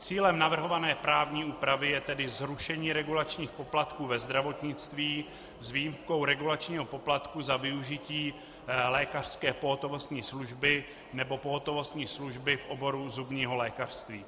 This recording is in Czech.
Cílem navrhované právní úpravy je tedy zrušení regulačních poplatků ve zdravotnictví s výjimkou regulačního poplatku za využití lékařské pohotovostní služby nebo pohotovostní služby v oboru zubního lékařství.